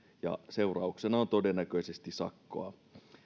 ja seurauksena on todennäköisesti sakkoa